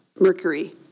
mercury